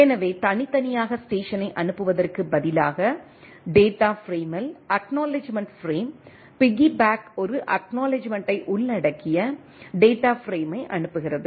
எனவே தனித்தனியாக ஸ்டேஷனை அனுப்புவதற்குப் பதிலாக டேட்டா பிரேமில் அக்நாலெட்ஜ்மெண்ட் பிரேம் பிக்கிபேக் ஒரு அக்நாலெட்ஜ்மெண்ட்டை உள்ளடக்கிய டேட்டா பிரேமை அனுப்புகிறது